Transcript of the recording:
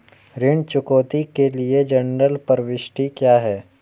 ऋण चुकौती के लिए जनरल प्रविष्टि क्या है?